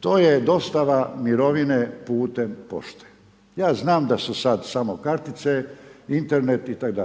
to je dostava mirovine putem pošte. Ja znam da su sada samo kartice, Internet itd.